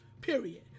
Period